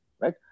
right